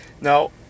Now